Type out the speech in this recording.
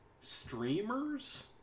streamers